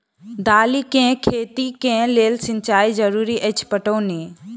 दालि केँ खेती केँ लेल सिंचाई जरूरी अछि पटौनी?